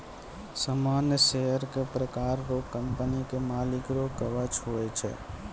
सामान्य शेयर एक प्रकार रो कंपनी के मालिक रो कवच हुवै छै